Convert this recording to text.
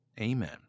amen